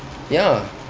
ya